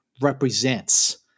represents